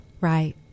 right